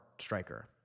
striker